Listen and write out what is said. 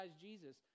Jesus